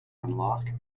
unlock